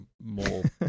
more